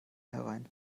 herein